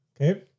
Okay